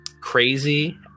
crazy